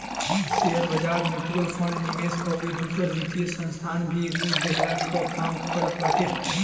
शेयरबाजार, mutual fund, निवेश अउरी दूसर वित्तीय संस्था भी ऋण देहला कअ काम करत बाटे